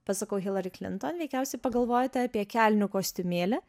pasakau hilari klinton veikiausiai pagalvojate apie kelnių kostiumėlį